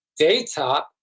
Daytop